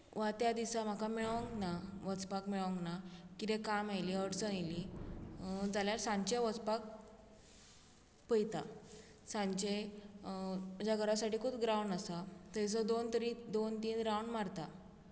वा त्या दिसा म्हाका मेळोंक ना वचपाक मेळोंक ना कितें काम आयलें अडचण येयली जाल्यार सांजचें वचपाक पयता सांजचें म्हज्या घरा सायडीकूच ग्रांवड आसा थंयसर दोन तरी दोन तीन राउंड मारता